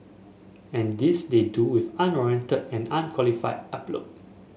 and this they do with unwarranted and unqualified aplomb